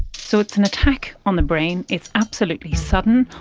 so it's an attack on the brain, it's absolutely sudden,